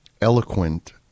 eloquent